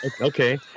Okay